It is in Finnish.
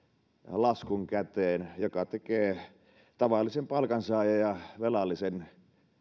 laskun käteen mikä tekee tavallisen palkansaajan ja velallisen